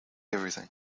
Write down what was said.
everything